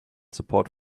support